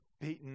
beaten